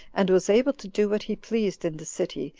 and was able to do what he pleased in the city,